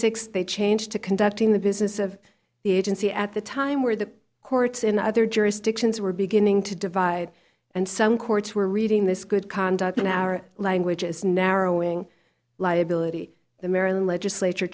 six they changed to conducting the business of the agency at the time where the courts in other jurisdictions were beginning to divide and some courts were reading this good conduct in our language is narrowing liability the maryland legislature